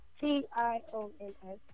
T-I-O-N-S